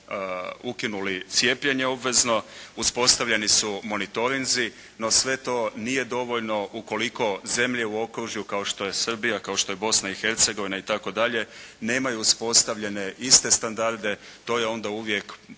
ukinuli cijepljenje obvezno, uspostavljeni su monitorinzi, no sve to nije dovoljno ukoliko zemlje u okružju, kao što je Srbija, kao što je Bosna i Hercegovina itd. nemaju uspostavljene iste standarde, to je onda uvijek